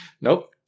nope